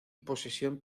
posesión